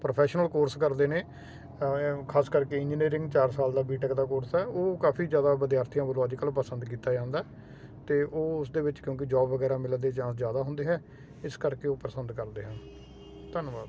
professional course ਕਰਦੇ ਨੇ ਖਾਸ ਕਰਕੇ ਇੰਜੀਨੀਅਰਿੰਗ ਚਾਰ ਸਾਲ ਦਾ ਬੀਟੈਕ ਦਾ ਕੋਰਸ ਹੈ ਉਹ ਕਾਫੀ ਜ਼ਿਆਦਾ ਵਿਦਿਆਰਥੀਆਂ ਵੱਲੋਂ ਅੱਜ ਕੱਲ੍ਹ ਪਸੰਦ ਕੀਤਾ ਜਾਂਦਾ ਅਤੇ ਉਹ ਉਸ ਦੇ ਵਿੱਚ ਕਿਉਂਕਿ ਜੋਬ ਵਗੈਰਾ ਮਿਲਣ ਦੇ ਚਾਂਸ ਜ਼ਿਆਦਾ ਹੁੰਦੇ ਹੈ ਇਸ ਕਰਕੇ ਉਹ ਪਸੰਦ ਕਰਦੇ ਹਨ ਧੰਨਵਾਦ